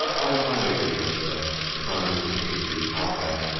i entirely agree that the prime minister should be out there,